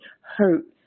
hurt